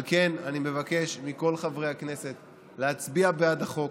על כן, אני מבקש מכל חברי הכנסת להצביע בעד החוק,